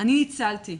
אני הצלתי.